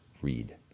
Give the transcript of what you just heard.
read